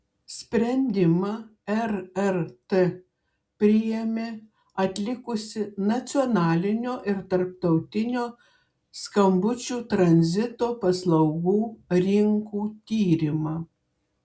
sprendimą rrt priėmė atlikusi nacionalinio ir tarptautinio skambučių tranzito paslaugų rinkų tyrimą